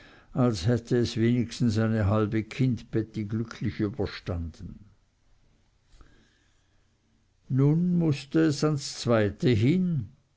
als hätte es wenigstens eine halbe kindbetti glücklich überstanden nun mußte es ans zweite hin